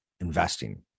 investing